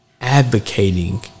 advocating